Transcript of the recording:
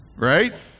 Right